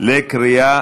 קריאה